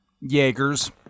Jaegers